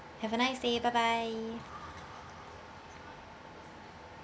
have a nice day bye bye